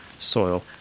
soil